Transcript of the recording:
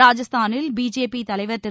ராஜஸ்தாளில் BJP தலைவர் திரு